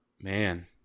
Man